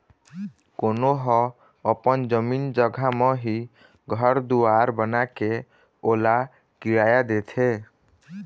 कोनो ह अपन जमीन जघा म ही घर दुवार बनाके ओला किराया देथे